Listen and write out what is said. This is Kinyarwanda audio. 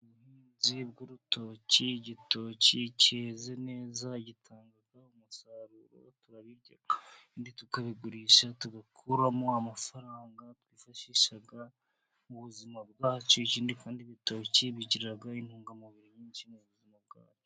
Ubuhinzi bw'urutoki igitoki cyeze neza gitanga umusaruro turabirya, tukabigurisha tugakuramo amafaranga twifashisha mu ubuzima bwacu, ikindi kandi ibitoki bigira intungamubiri nyinshi mu buzima bwacu.